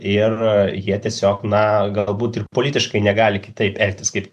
ir jie tiesiog na galbūt ir politiškai negali kitaip elgtis kaip